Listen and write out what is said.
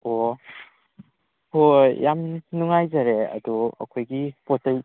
ꯑꯣ ꯍꯣꯏ ꯍꯣꯏ ꯌꯥꯝ ꯅꯨꯡꯉꯥꯏꯖꯔꯦ ꯑꯗꯣ ꯑꯩꯈꯣꯏꯒꯤ ꯄꯣꯠꯆꯩ